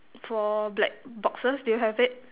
four black boxes do you have it